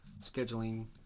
scheduling